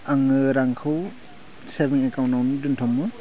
आङो रांखौ सेभिं एकाउन्टआवनो दोन्थुमो